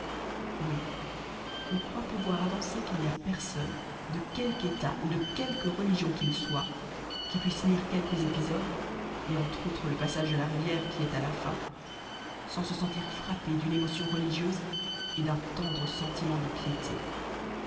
on croit pouvoir avancer qu'il n'y a personne de quelque état ou de quelque religion qu'il soit qui puisse lire que'ques épisodes et entre autres le pnssage de la rivière qui esi à la fin sans se sentit frappé d'une émotion religieuse et d'un tendre sentiment de piété